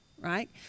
Right